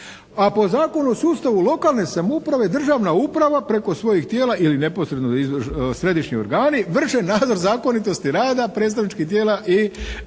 a po Zakonu o sustavu lokalne samouprave državna uprava preko svojih tijela ili neposredno središnji organi vrše nadzor zakonitosti rada predstavničkih tijela i